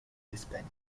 d’espagne